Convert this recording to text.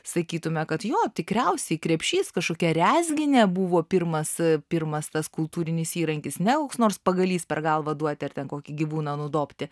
sakytume kad jo tikriausiai krepšys kažkokią rezginę buvo pirmas pirmas tas kultūrinis įrankis neaugs nors pagalys per galvą duoti ar ten kokį gyvūną nudobti